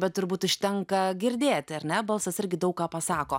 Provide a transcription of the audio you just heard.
bet turbūt užtenka girdėti ar ne balsas irgi daug ką pasako